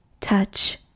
touch